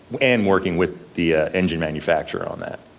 and working with the engine manufacturer on that?